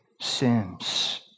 sins